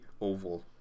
oval